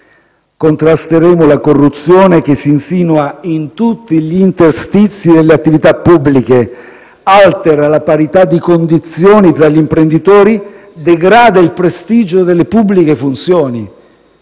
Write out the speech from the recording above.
Contrasteremo la corruzione che si insinua in tutti gli interstizi delle attività pubbliche, altera la parità di condizioni tra gli imprenditori, degrada il prestigio delle pubbliche funzioni.